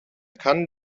kann